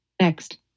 Next